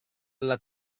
alla